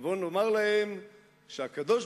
נבוא ונאמר להם שהקדוש-ברוך-הוא,